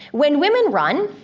when women run,